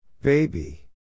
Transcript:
Baby